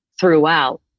throughout